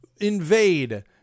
invade